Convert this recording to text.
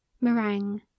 Meringue